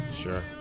Sure